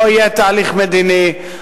היה יהיה תהליך מדיני,